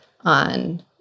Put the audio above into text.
on